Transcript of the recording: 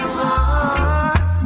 heart